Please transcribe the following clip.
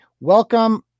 Welcome